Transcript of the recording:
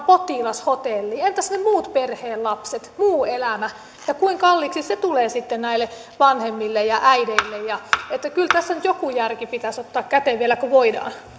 potilashotelliin entäs ne muut perheen lapset muu elämä kuinka kalliiksi se tulee sitten näille vanhemmille ja äideille kyllä tässä nyt joku järki pitäisi ottaa käteen vielä kun voidaan